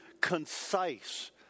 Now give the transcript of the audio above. concise